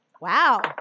Wow